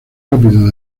rápido